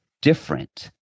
Different